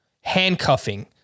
handcuffing